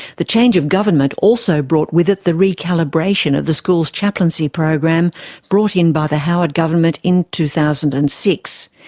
the change of government also brought with it the recalibration of the schools chaplaincy program brought in by the howard government in two thousand and six.